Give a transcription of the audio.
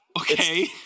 Okay